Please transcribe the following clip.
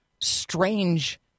strange